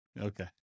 Okay